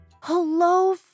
Hello